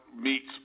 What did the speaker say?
meets